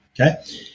okay